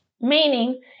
meaning